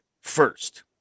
first